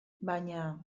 baina